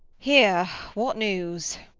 here what news?